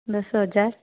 ଦଶ ହଜାର